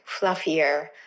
fluffier